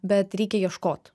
bet reikia ieškot